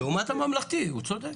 לעומת הממלכתי, הוא צודק.